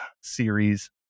series